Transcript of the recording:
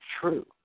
true